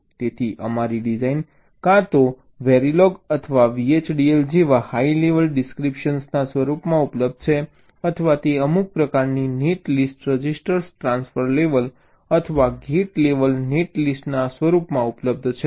તેથી અમારી ડિઝાઇન કાં તો વેરીલોગ અથવા VHDL જેવા હાઈ લેવલ ડિસ્ક્રિપ્શનના સ્વરૂપમાં ઉપલબ્ધ છે અથવા તે અમુક પ્રકારની નેટલિસ્ટ રજિસ્ટર ટ્રાન્સફર લેવલ અથવા ગેટ લેવલ નેટલિસ્ટના સ્વરૂપમાં ઉપલબ્ધ છે